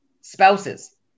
spouses